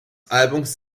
albums